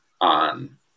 on